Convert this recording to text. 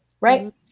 right